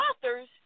authors